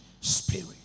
spirit